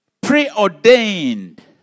preordained